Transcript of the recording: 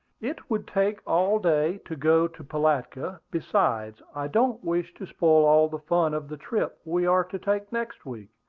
it would take all day to go to pilatka besides, i don't wish to spoil all the fun of the trip we are to take next week.